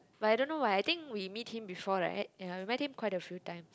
but I don't know why I think we meet him before right ya we met him quite a few times